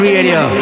Radio